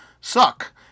Suck